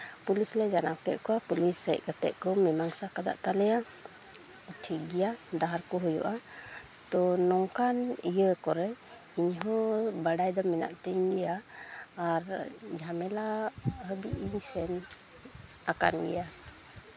police ᱞᱮ ᱡᱟᱱᱟᱣ ᱠᱮᱫ ᱠᱚᱣᱟ ᱯᱩᱞᱤᱥ ᱦᱮᱡ ᱠᱟᱛᱮᱫ ᱠᱚ ᱢᱤᱢᱟᱝᱥᱟ ᱠᱟᱫ ᱛᱟᱞᱮᱭᱟ ᱴᱷᱤᱠ ᱜᱮᱭᱟ ᱰᱟᱦᱟᱨ ᱠᱚ ᱦᱩᱭᱩᱜᱼᱟ ᱛᱳ ᱱᱚᱝᱠᱟᱱ ᱤᱭᱟᱹ ᱠᱚᱨᱮᱜ ᱤᱧᱦᱚᱸ ᱵᱟᱰᱟᱭ ᱫᱚ ᱢᱮᱱᱟᱜ ᱛᱤᱧ ᱜᱮᱭᱟ ᱟᱨ ᱡᱷᱟᱢᱮᱞᱟ ᱦᱟᱹᱵᱤᱡ ᱥᱮᱱ ᱟᱠᱟᱱ ᱜᱮᱭᱟ